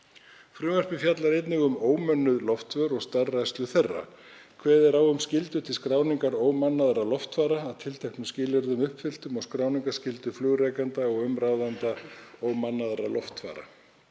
Frumvarpið fjallar einnig um ómönnuð loftför og starfrækslu þeirra. Kveðið er á um skyldu til skráningar ómannaðra loftfara að tilteknum skilyrðum uppfylltum og skráningarskyldu flugrekenda og umráðenda ómannaðra loftfara.